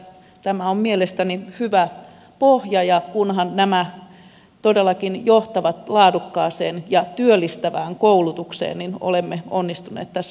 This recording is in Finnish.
tämä on mielestäni hyvä pohja ja kunhan nämä toimet todellakin johtavat laadukkaaseen ja työllistävään koulutukseen niin olemme onnistuneet tässä salissa